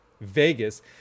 Vegas